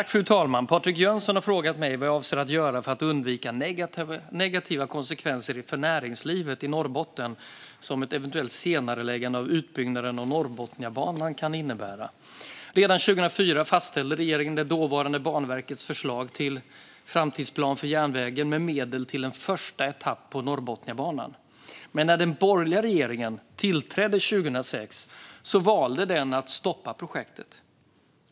Fru talman! Patrik Jönsson har frågat mig vad jag avser att göra för att undvika de negativa konsekvenser för näringslivet i Norrbotten som ett eventuellt senareläggande av utbyggnaden av Norrbotniabanan kan innebära. Redan 2004 fastställde regeringen det dåvarande Banverkets förslag till framtidsplan för järnvägen med medel till en första etapp på Norrbotniabanan. Men när den borgerliga regeringen tillträdde 2006 valde den att stoppa projektet.